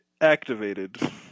activated